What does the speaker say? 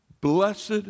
Blessed